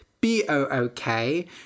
B-O-O-K